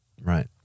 right